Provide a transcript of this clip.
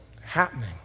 happening